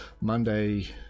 Monday